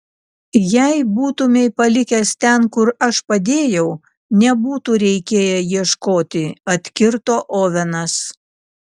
jei būtumei palikęs ten kur aš padėjau nebūtų reikėję ieškoti atkirto ovenas